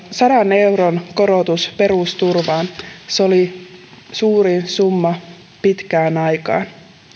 sadan euron korotus perusturvaan se oli suurin summa pitkään aikaan